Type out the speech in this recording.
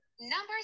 number